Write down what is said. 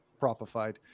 propified